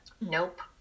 nope